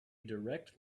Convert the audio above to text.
direct